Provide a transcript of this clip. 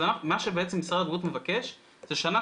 מה בעצם משרד הבריאות מבקש זה שנה